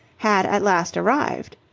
had at last arrived.